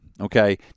okay